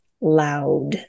Loud